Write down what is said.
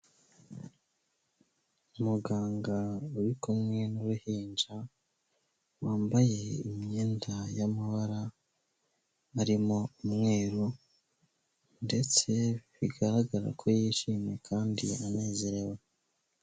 Muganga uri kumwe n'uruhinja, wambaye imyenda y'amabara arimo umweru ndetse bigaragara ko yishimye kandi ananezerewe.